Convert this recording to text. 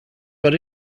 but